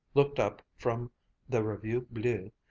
looked up from the revue bleue,